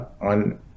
on